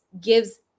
gives